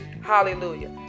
Hallelujah